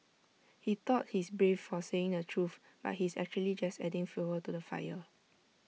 he thought he's brave for saying the truth but he's actually just adding fuel to the fire